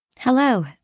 Hello